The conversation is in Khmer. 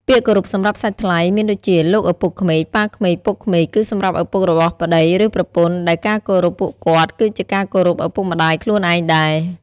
ពាក្យគោរពសម្រាប់សាច់ថ្លៃមានដូចជាលោកឪពុកក្មេក ប៉ាក្មេក ពុកក្មេក គឺសម្រាប់ឪពុករបស់ប្តី ឬប្រពន្ធ ដែលការគោរពពួកគាត់គឺជាការគោរពឪពុកម្ដាយខ្លួនឯងដែរ។